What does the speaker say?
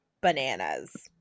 bananas